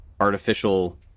artificial